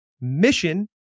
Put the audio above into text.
Mission